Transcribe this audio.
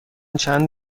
چند